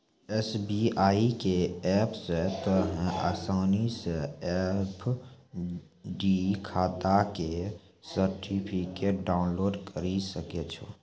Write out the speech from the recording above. SBI के app से तोंहें असानी से एफ.डी खाता के सर्टिफिकेट डाउनलोड करि सकै छो